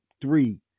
three